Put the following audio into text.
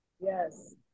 Yes